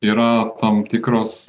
yra tam tikros